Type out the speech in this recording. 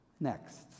Next